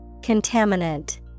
contaminant